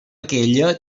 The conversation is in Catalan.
aquella